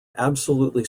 absolutely